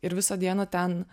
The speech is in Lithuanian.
ir visą dieną ten